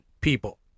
people